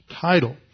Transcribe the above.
title